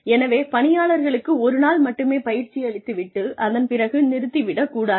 எனவே பணியாளர்களுக்கு ஒரு நாள் மட்டும் பயிற்சியளித்து விட்டு அதன் பிறகு நிறுத்தி விடக் கூடாது